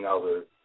others